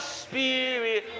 spirit